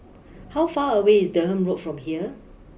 how far away is Durham Road from here